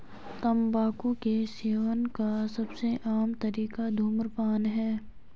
तम्बाकू के सेवन का सबसे आम तरीका धूम्रपान है